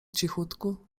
cichutku